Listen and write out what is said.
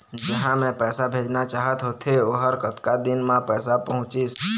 जहां मैं पैसा भेजना चाहत होथे ओहर कतका दिन मा पैसा पहुंचिस?